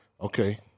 Okay